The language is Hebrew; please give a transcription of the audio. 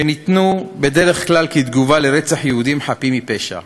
שניתנו בדרך כלל כתגובה על רצח יהודים חפים מפשע.